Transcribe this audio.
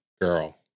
Girl